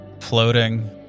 floating